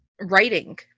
writing